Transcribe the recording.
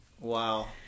Wow